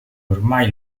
ormai